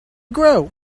grow